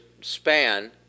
span